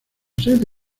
sede